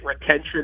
retention